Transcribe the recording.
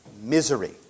misery